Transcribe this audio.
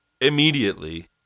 immediately